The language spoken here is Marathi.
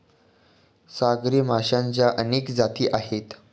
सागरी माशांच्या अनेक जाती आहेत